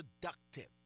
productive